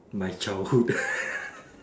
my childhood